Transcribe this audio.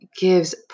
gives